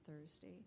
Thursday